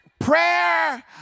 Prayer